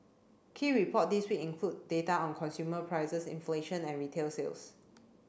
key report this week include data on consumer prices inflation and retail sales